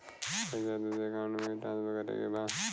पैसा दूसरे अकाउंट में ट्रांसफर करें के बा?